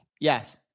Yes